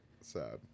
sad